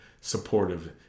supportive